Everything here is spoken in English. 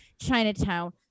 Chinatown